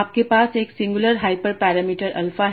आपके पास एक सिंगुलर हाइपर पैरामीटर अल्फा है